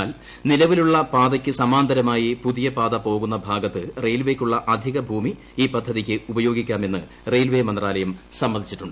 എന്നാൽ നിലവിലുള്ള പാതയ്ക്ക് സമാന്തരമായി പുതിയ പാത പോകുന്ന ഭാഗത്ത് റെയിൽവേക്കുള്ള അധിക ഭൂമി ഈ പദ്ധതിക്ക് ഉപയോഗിക്കാമെന്ന് റെയിൽവേ മന്ത്രാലയം സമ്മതിച്ചിട്ടു